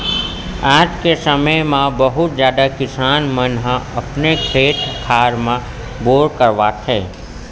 आज के समे म बहुते जादा किसान मन ह अपने खेत खार म बोर करवावत हे